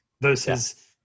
versus